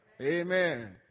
Amen